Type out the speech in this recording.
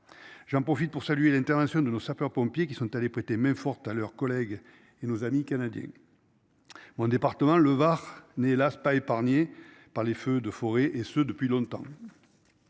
J'en profite pour saluer l'intervention de nos sapeurs-pompiers qui sont allés prêter main forte à leurs collègues et nos amis canadiens. Mon département le Var n'est hélas pas épargnée par les feux de forêt et ce depuis longtemps.